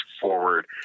forward